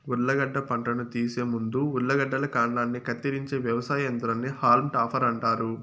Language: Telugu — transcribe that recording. ఉర్లగడ్డ పంటను తీసే ముందు ఉర్లగడ్డల కాండాన్ని కత్తిరించే వ్యవసాయ యంత్రాన్ని హాల్మ్ టాపర్ అంటారు